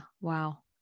Wow